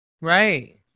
Right